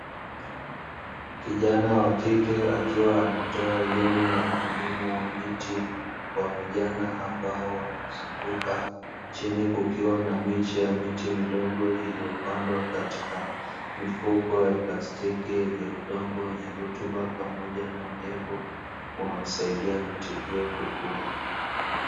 Kijana wa kike akiwa anatoa elimu ya umuhimu wa miti kwa vijana ambao wamemzunguka, chini kukiwa na miche ya miti midogo iliyopandwa katika mifuko ya plastiki, yenye udongo wenye rutuba pamoja na unyevu, unaosaidia miti hiyo kukua.